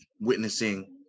witnessing